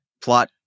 plot